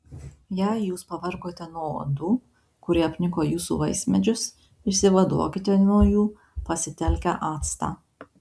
jei jūs pavargote nuo uodų kurie apniko jūsų vaismedžius išsivaduokite nuo jų pasitelkę actą